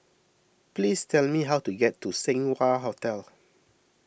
please tell me how to get to Seng Wah Hotel